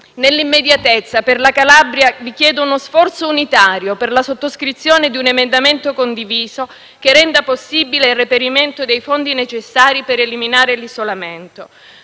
Nell'immediatezza vi chiedo uno sforzo unitario per la sottoscrizione di un emendamento condiviso per la Calabria che renda possibile il reperimento dei fondi necessari per eliminare l'isolamento.